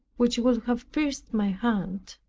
which would have pierced my hand.